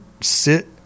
sit